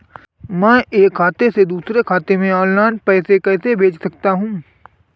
मैं एक खाते से दूसरे खाते में ऑनलाइन पैसे कैसे भेज सकता हूँ?